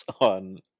on